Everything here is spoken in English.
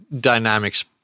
dynamics